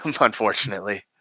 unfortunately